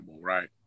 right